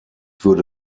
würde